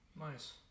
nice